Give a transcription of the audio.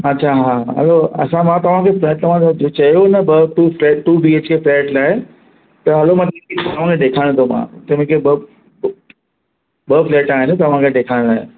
अच्छा हा हा हलो अच्छा मां तव्हांखे तव्हांखे चयो न ॿ two flat two BHK flat लाइ त हलो मां ॾेखारियो त मां ॿ फ्लैट आहिनि तव्हांखे ॾेखारण लाइ